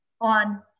on